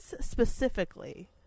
specifically